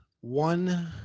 one